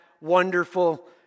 wonderful